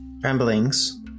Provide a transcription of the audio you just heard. Ramblings